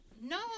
No